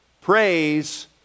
Praise